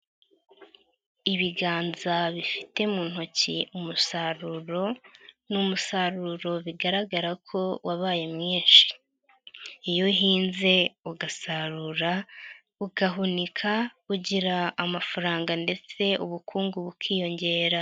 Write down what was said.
Ibiganza bifite mu ntoki umusaruro, ni umusaruro bigaragara ko wabaye mwinshi, iyo uhinze ugasarura ugahunika ugira amafaranga ndetse ubukungu bukiyongera.